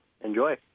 enjoy